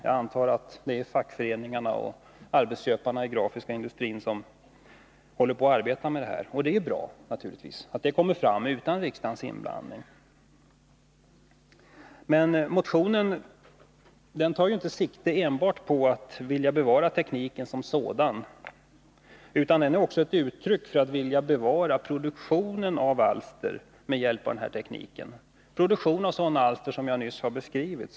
Jag antar att det är fackföreningarna och arbetsköparna inom den grafiska industrin som håller på att arbeta med det här. Det är naturligtvis bra att detta kommer till stånd utan riksdagens inblandning. Men motionen tar ju inte sikte enbart på att bevara tekniken som sådan, utan den är också uttryck för en vilja att bevara produktionen av alster med hjälp av den här tekniken — produktion av sådana alster som jag nyss har beskrivit.